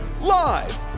Live